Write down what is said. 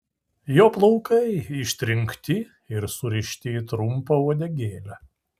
jo plaukai ištrinkti ir surišti į trumpą uodegėlę